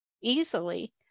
easily